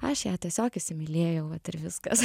aš ją tiesiog įsimylėjau vat ir viskas